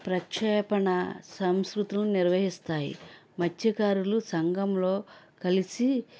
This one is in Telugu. ప్రక్షేపణ సంస్కృతులు నిర్వహిస్తాయి మత్స్యకారులు సంఘంలో కలిసి